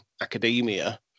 academia